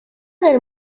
del